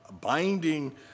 binding